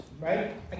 right